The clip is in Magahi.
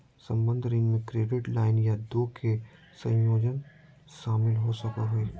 संबंद्ध ऋण में क्रेडिट लाइन या दो के संयोजन शामिल हो सको हइ